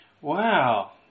Wow